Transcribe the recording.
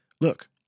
look